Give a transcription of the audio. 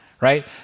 Right